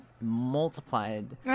multiplied